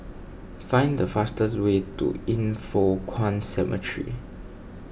find the fastest way to Yin Foh Kuan Cemetery